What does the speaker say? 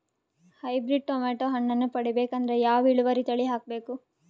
Hybrid tomato ಹಣ್ಣನ್ನ ಪಡಿಬೇಕಂದರ ಯಾವ ಇಳುವರಿ ತಳಿ ಹಾಕಬೇಕು?